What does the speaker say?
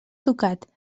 tocat